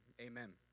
amen